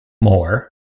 more